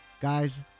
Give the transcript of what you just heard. Guys